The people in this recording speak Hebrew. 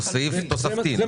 הוא סעיף תוספתי.